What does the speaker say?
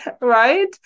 Right